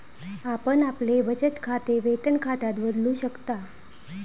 आपण आपले बचत खाते वेतन खात्यात बदलू शकता